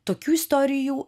tokių istorijų